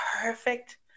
perfect